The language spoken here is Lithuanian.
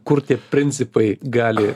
kur tie principai gali